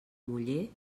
muller